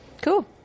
Cool